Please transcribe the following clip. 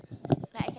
like I can